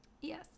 Yes